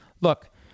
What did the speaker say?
Look